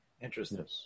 Interesting